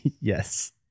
Yes